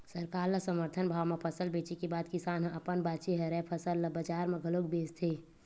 सरकार ल समरथन भाव म फसल बेचे के बाद किसान ह अपन बाचे हरय फसल ल बजार म घलोक बेचथे